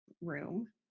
room